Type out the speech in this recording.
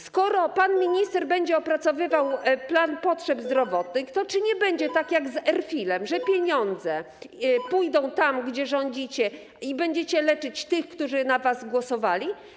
Skoro pan minister będzie opracowywał plan potrzeb zdrowotnych, to czy nie będzie tak jak z RFIL-em, że pieniądze pójdą tam, gdzie rządzicie, i będziecie leczyć tych, którzy na was głosowali?